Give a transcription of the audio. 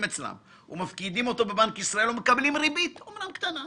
אצלם ומפקידים אותו בבנק ישראל ומקבלים ריבית אמנם קטנה,